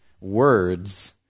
words